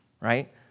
right